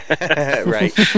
Right